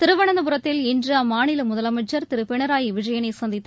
திருவனந்தபுரத்தில் இன்று அம்மாநில முதலமைச்சர் திரு பினராயி விஜயனை சந்தித்த